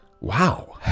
wow